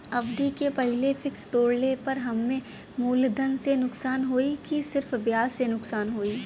अवधि के पहिले फिक्स तोड़ले पर हम्मे मुलधन से नुकसान होयी की सिर्फ ब्याज से नुकसान होयी?